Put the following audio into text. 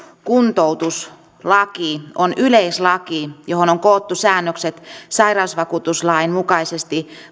kuntoutuslaki on yleislaki johon on koottu säännökset sairausvakuutuslain mukaisesti